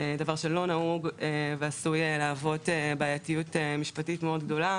זה דבר שהוא לא נהוג ועשוי להוות בעיה משפטית גדולה מאוד